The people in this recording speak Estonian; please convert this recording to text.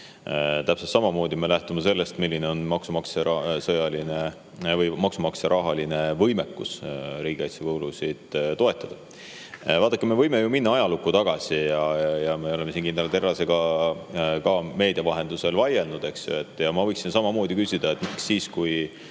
Täpselt samamoodi lähtume sellest, milline on maksumaksja rahaline võimekus riigikaitsekulusid toetada. Vaadake, me võime ju minna ajalukku tagasi. Me oleme siin kindral Terrasega ka meedia vahendusel vaielnud, eks ju. Ma võiksin samamoodi küsida, et miks